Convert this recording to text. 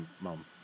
mom